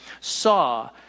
saw